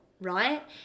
right